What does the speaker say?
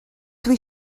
dwi